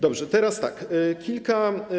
Dobrze, teraz tak, kilka.